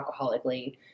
alcoholically